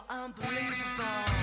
unbelievable